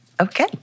okay